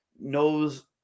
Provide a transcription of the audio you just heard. knows